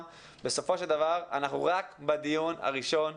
אבל בסופו של דבר אנחנו רק בדיון הראשון.